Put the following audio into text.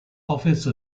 office